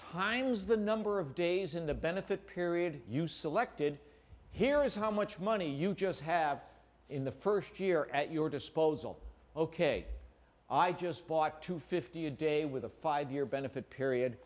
times the number of days in the benefit period you selected here is how much money you just have in the first year at your disposal ok i just bought two fifty a day with a five year benefit period